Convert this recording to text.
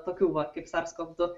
tokių va kaip sars kop du